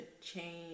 change